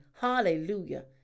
Hallelujah